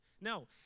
No